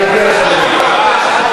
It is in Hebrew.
להגיש,